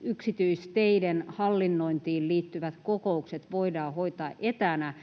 yksityisteiden hallinnointiin liittyvät kokoukset voidaan hoitaa etänä